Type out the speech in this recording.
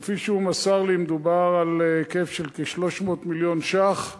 כפי שהוא מסר לי מדובר על היקף של כ-300 מיליון ש"ח.